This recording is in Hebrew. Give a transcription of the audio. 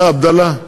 מה, עבדאללה?